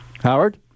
Howard